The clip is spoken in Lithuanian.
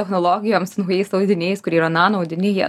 technologijoms su naujais audiniais kurie yra nano audiniai